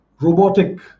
robotic